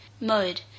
Mode